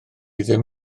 ddim